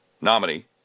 nominee